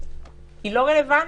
הוא לא רלוונטי.